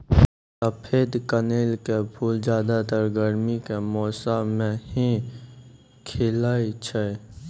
सफेद कनेल के फूल ज्यादातर गर्मी के मौसम मॅ ही खिलै छै